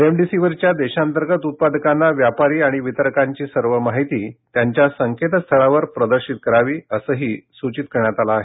रेमडिसीवीरच्या देशांतर्गत उत्पादकांना व्यापारी आणि वितरकांची सर्व माहिती त्यांच्या संकेतस्थळावर प्रदर्शित करावी असंही सूचित करण्यात आलं आहे